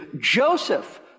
Joseph